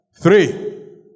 Three